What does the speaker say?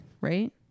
Right